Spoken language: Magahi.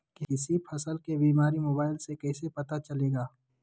किसी फसल के बीमारी मोबाइल से कैसे पता चलेगा?